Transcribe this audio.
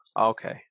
Okay